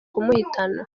kumuhitana